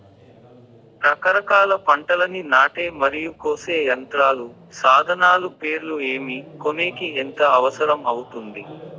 రకరకాల పంటలని నాటే మరియు కోసే యంత్రాలు, సాధనాలు పేర్లు ఏమి, కొనేకి ఎంత అవసరం అవుతుంది?